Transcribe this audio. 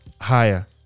higher